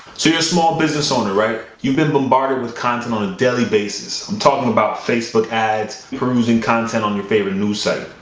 so you're a small business owner, right? you've been bombarded with content on a daily basis. i'm talking about facebook ads, perusing content on your favorite news site.